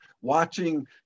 watching